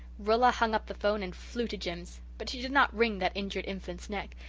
rilla hung up the phone and flew to jims. but she did not wring that injured infant's neck.